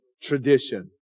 tradition